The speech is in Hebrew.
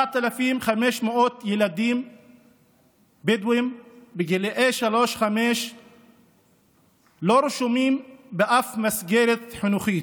4,500 ילדים בדואים בגיל שלוש עד חמש לא רשומים בשום מסגרת חינוכית.